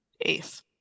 eighth